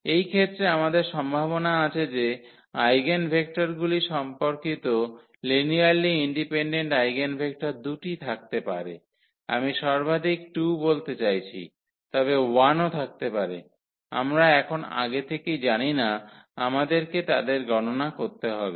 এই ক্ষেত্রে আমাদের সম্ভাবনা আছে যে আইগেনভেক্টরগুলি সম্পর্কিত লিনিয়ারলি ইন্ডিপেনডেন্ট আইগেনভেক্টর দুটি থাকতে পারে আমি সর্বাধিক 2 বলতে চাইছি তবে 1 ও থাকতে পারে আমরা এখন আগে থেকেই জানি না আমাদেরকে তাদের গণনা করতে হবে